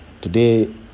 Today